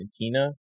Argentina